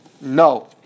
No